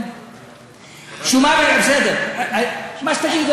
מה שתגידו,